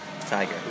Tiger